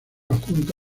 adjunto